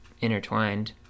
intertwined